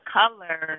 color